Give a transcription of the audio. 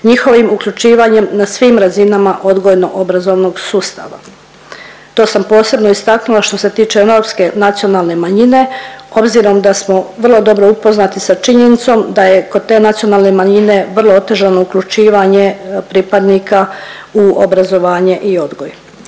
njihovim uključivanjem na svim razinama odgojno obrazovnog sustava. To sam posebno istaknula što se tiče romske nacionalne manjine, obzirom da smo vrlo dobro upoznati sa činjenom da je kod te nacionalne manjine vrlo otežano uključivanje pripadnika u obrazovanje i odgoj,